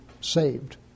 saved